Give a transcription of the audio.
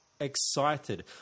excited